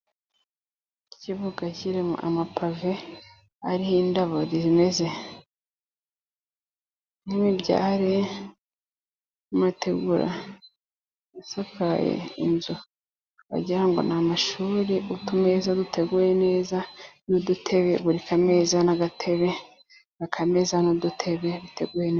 Ikibuga kiriho amapave ariho indabo zimeze neza n'imibyare. Amategura asakaye inzu wagira ngo ni amashuri. Utumeza duteguwe neza n'udutebe buri meza n'agatebe akameza n'udutebe biteguye neza.